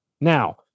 Now